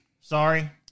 Sorry